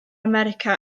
america